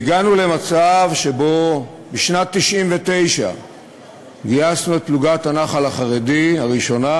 הגענו למצב שבשנת 1999 גייסנו את פלוגת הנח"ל החרדי הראשונה,